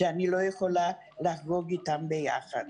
שאני לא יכולה לחגוג איתם ביחד,